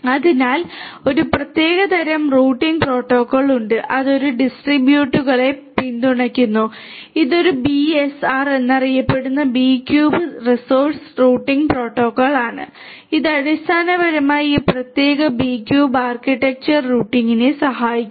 അതിനാൽ ഒരു പ്രത്യേക തരം റൂട്ടിംഗ് പ്രോട്ടോക്കോൾ ഉണ്ട് അത് ഈ ബിസിബ്യൂബുകളെ പിന്തുണയ്ക്കുന്നു ഇത് ബിഎസ്ആർ എന്നറിയപ്പെടുന്ന B cube source routing protocol ആണ് ഇത് അടിസ്ഥാനപരമായി ഈ പ്രത്യേക ബിസ്യൂബ് ആർക്കിടെക്ചറിൽ റൂട്ടിംഗിനെ സഹായിക്കുന്നു